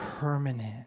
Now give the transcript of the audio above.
permanent